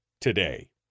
today